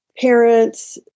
parents